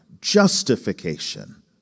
justification